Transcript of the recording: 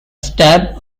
stab